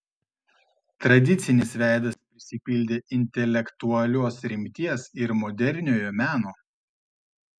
tradicinis veidas prisipildė intelektualios rimties ir moderniojo meno